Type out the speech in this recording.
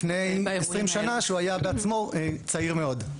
לפני 20 שנה שהוא היה בעצמו צעיר מאוד,